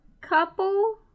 couple